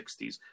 1960s